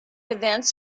events